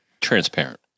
transparent